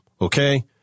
okay